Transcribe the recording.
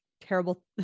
terrible